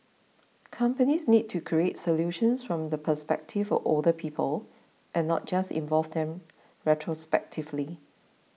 companies need to create solutions from the perspective of older people and not just involve them retrospectively